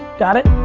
got it?